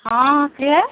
ହଁ କିଏ